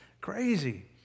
Crazy